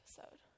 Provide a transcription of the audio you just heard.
episode